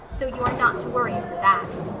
so you are not to worry over that.